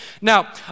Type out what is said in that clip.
Now